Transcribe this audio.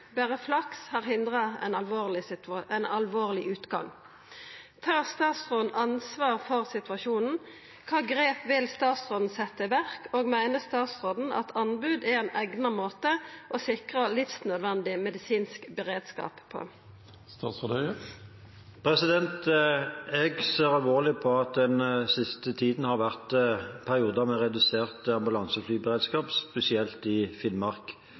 Bare flaks har hindret en alvorlig utgang. Tar statsråden ansvar for situasjonen, hvilke grep vil statsråden sette i verk, og mener statsråden at anbud er en egnet måte å sikre livsnødvendig medisinsk beredskap på?» Jeg ser alvorlig på at det i den siste tiden har vært perioder med redusert ambulanseflyberedskap, spesielt i Finnmark.